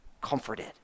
comforted